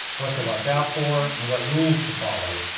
what to watch out for, and what rules to follow.